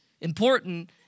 important